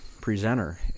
presenter